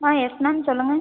ஆ ma'am yes ma'am சொல்லுங்கள்